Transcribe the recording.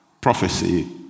prophecy